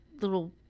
little